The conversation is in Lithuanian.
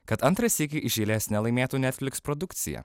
kad antrą sykį iš eilės nelaimėtų netflix produkcija